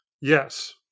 Yes